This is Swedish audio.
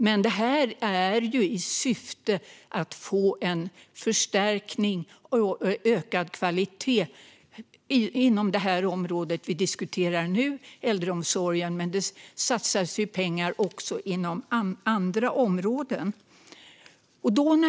Men detta görs ju i syfte att få en förstärkning och en ökad kvalitet inom det område vi nu diskuterar, äldreomsorgen. Det satsas också pengar inom andra områden.